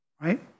right